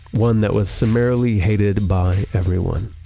one that was summarily hated by everyone.